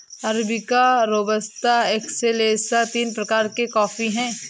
arabica robusta excelsa तीन प्रकार के कॉफी हैं